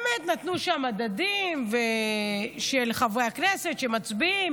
נתנו שם מדדים של חברי הכנסת שמצביעים,